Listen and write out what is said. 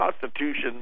Constitution